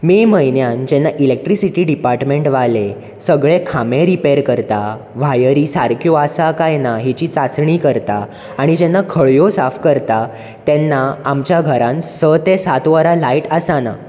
मे म्हयन्यान जेन्ना electricity department वाले सगळे खांबे रिपेर करता वायरी सारक्यो आसा कांय ना हेची चाचणी करता आनी जेन्ना खळयो साफ करता तेन्ना आमच्या घरान स ते सात वरां लाय्ट आसना